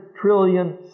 trillion